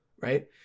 right